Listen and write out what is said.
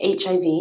HIV